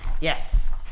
Yes